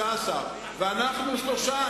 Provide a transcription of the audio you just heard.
15, ואנחנו, שלושה.